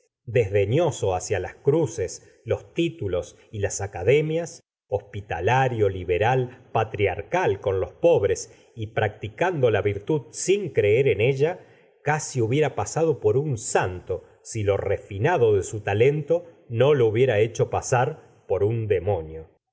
miserias desdeñoso hacia las cruces los títulos y las academias hospitalario liberal patriarf'a l con los pobres y practicando la virtud sin creer en ella casi hubiera pasado por un santo si lo refinado de su talento no lo hubiera hecho pasar por un demonio